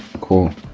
Cool